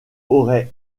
aurait